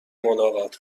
ملاقات